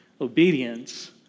Obedience